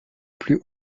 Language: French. plus